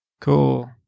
Cool